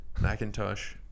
Macintosh